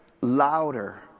louder